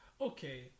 okay